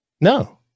No